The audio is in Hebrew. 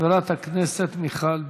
חברת הכנסת מיכל בירן.